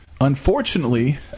unfortunately